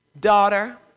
Daughter